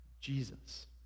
Jesus